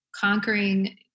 conquering